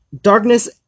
darkness